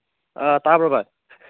ꯑ ꯇꯥꯕ꯭ꯔꯣ ꯚꯥꯏ